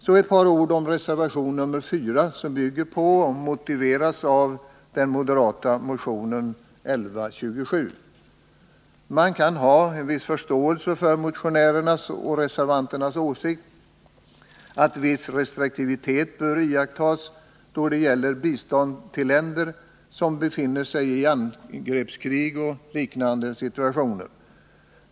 Så ett par ord om reservation nr 4, som bygger på och motiveras av den moderata motionen 1127. Man kan ha en viss förståelse för motionärernas och reservanternas åsikt, att viss restriktivitet bör iakttas då det gäller bistånd till länder som befinner sig i angreppskrig och liknande situationer.